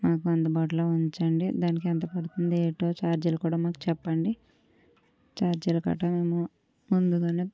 నాకు అందుబాటులో ఉంచండి దానికి ఎంత పడుతుంది ఏటో ఛార్జీలు కూడా మాకు చెప్పండి ఛార్జీలు గట్లా కూడా ముందుగానే